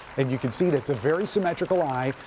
and you can see it's a very symmetrical eye,